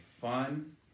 fun